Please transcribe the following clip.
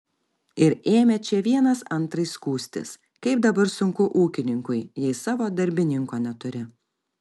ir ėmė čia vienas antrai skųstis kaip dabar sunku ūkininkui jei savo darbininko neturi